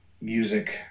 music